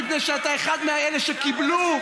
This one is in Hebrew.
מפני שאתה אחד מאלה שקיבלו,